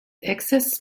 excess